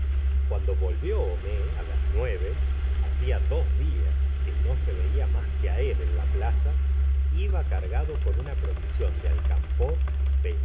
cuando volvió homais á las nueve hacía dos días que no se veía más que á él en la plaza iba cargado con una provisión de alcanfor